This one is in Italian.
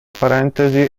parentesi